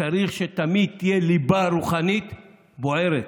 צריך שתמיד תהיה ליבה רוחנית בוערת,